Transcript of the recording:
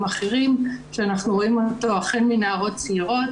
אחרים שאנחנו רואים אותו החל מנערות צעירות,